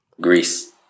greece